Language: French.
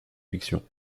fiction